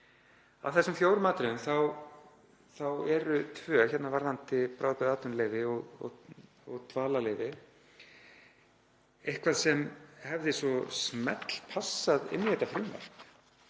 Af þessum fjórum atriðum þá eru tvö, varðandi bráðbirgðaatvinnuleyfi og dvalarleyfi, eitthvað sem hefði smellpassað inn í þetta frumvarp